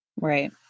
Right